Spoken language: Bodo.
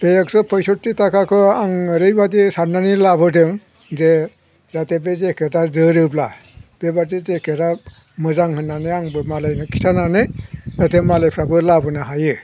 बे एक्स' पयसथ्थि थाखाखौ आं ओरैबादि साननानै लाबोदों जे जाहाथे बे जेकेटआ जोरोब्ला बेबायदि जेकेटा मोजां होननानै आंबो मालायनो खिथानानै जाहाथे मालायफ्राबो लाबोनो हायो